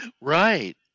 right